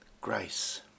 grace